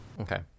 Okay